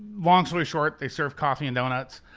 long story short, they serve coffee and donuts.